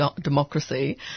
democracy